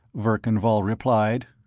verkan vall replied.